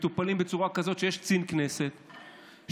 הם מטופלים בצורה כזאת שיש קצין כנסת שמתווך,